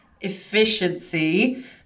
efficiency